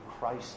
Christ